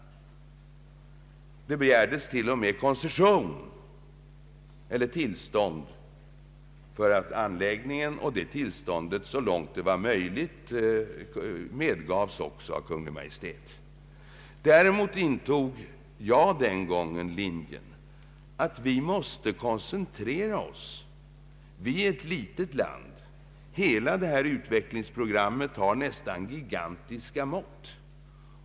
Konsortiet begärde till och med koncession för anläggningen och det tillståndet medgavs också av Kungl. Maj:t. Jag intog den gången ståndpunkten att vi måste koncentrera oss. Vi är ett litet land, och hela detta utvecklingsprogram har nästan gigantiska mått.